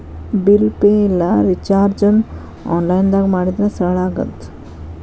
bill pay ಇಲ್ಲಾ ರಿಚಾರ್ಜ್ನ ಆನ್ಲೈನ್ದಾಗ ಮಾಡಿದ್ರ ಸರಳ ಆಗತ್ತ